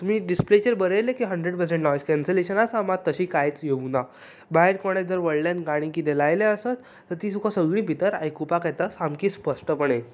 तुमी डिस्पेलेचेर बरयल्लें की हंड्रेड पर्सेंट नॉयस कँन्सलेशन आसा मात तशी कायच येवंक ना बायक कोणेंय जर व्हडल्यान कितें गाणी लायल्या आसत जाल्यार ती तुका सारकीं आयकूपाक येता सामकी स्पश्टपणे